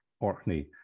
Orkney